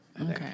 Okay